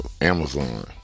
Amazon